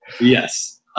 Yes